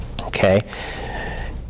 Okay